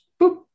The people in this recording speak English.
Boop